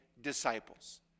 disciples